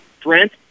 Trent